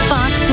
Fox